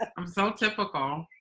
ah i'm so typical.